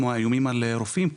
כמו האיומים על רופאים,